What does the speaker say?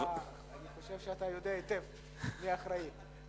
אני חושב שאתה יודע היטב מי אחראי.